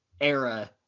era